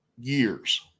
years